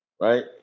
right